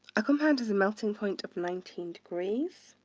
a compound has a melting point of nineteen degrees,